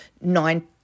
nine